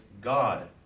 God